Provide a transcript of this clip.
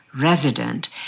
resident